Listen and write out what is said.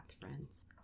friends